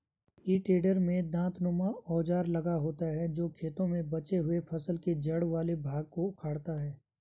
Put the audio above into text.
हेइ टेडर में दाँतनुमा औजार लगा होता है जो खेतों में बचे हुए फसल के जड़ वाले भाग को उखाड़ता है